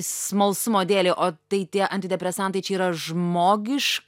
smalsumo dėlei o tai tie antidepresantai čia yra žmogiš